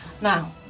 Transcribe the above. Now